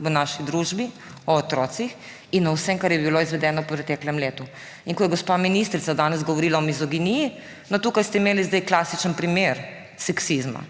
v naši družbi, o otrocih in o vsem, kar je bilo izvedeno v preteklem letu. In ko je gospa ministrica danes govorila o mizoginiji, no, tukaj ste imeli zdaj klasičen primer seksizma.